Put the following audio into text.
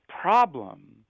problem